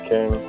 King